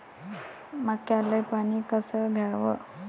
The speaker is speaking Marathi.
मक्याले पानी कस द्याव?